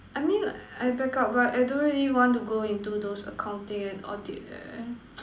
I mean I backup right I don't really want to go into those accounting and audit leh